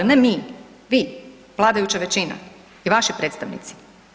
Ne mi, vi, vladajuću većina i vaši predstavnici.